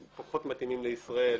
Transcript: פחות מתאימים לישראל,